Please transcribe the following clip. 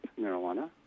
marijuana